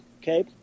Okay